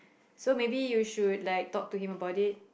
so maybe you should like talk to him about it